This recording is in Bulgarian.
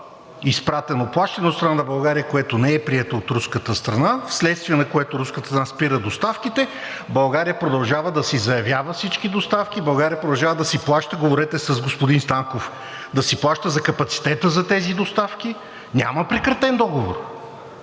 изпратено плащане от страна на България, което не е прието от руската страна, вследствие на което руската страна спира доставките. България продължава да си заявява всички доставки. България продължава да си плаща. Говорете с господин Станков за капацитета за тези доставки. Няма прекратен договор.